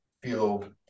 feel –